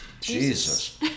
Jesus